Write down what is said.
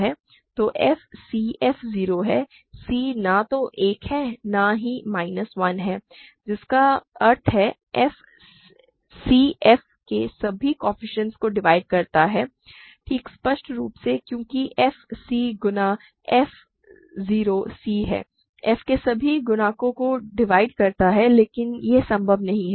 तो f c f 0 है c न तो एक है और न ही माइनस 1 है जिसका अर्थ है c f के सभी कोएफ़िशिएंट्स को डिवाइड करता है ठीक स्पष्ट रूप से क्योंकि f c गुना f 0 c है f के सभी गुणांकों को डिवाइड करता है लेकिन यह संभव नहीं है